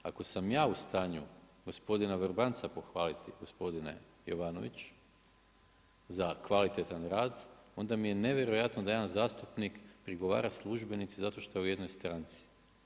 Ako sam ja u stanu gospodina Vrbanca pohvaliti, gospodine Jovanović, za kvalitetan rad, onda mi je nevjerojatno da jedan zastupnik prigovara službenici zato što je u jednoj stranci.